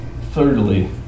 Thirdly